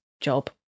job